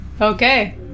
Okay